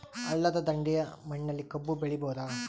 ಹಳ್ಳದ ದಂಡೆಯ ಮಣ್ಣಲ್ಲಿ ಕಬ್ಬು ಬೆಳಿಬೋದ?